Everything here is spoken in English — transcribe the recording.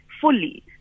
fully